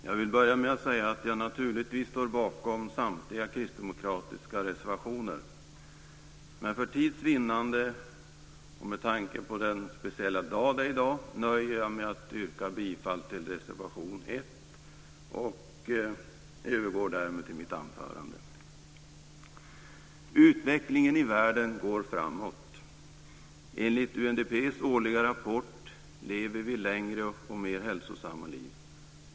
Fru talman! Naturligtvis står jag bakom samtliga kristdemokratiska reservationer, men för tids vinnande och med tanke på den speciella dag det är i dag nöjer jag mig med att yrka bifall till reservation 1. Utvecklingen i världen går framåt. Enligt UNDP:s årliga rapport lever vi längre och mer hälsosamma liv.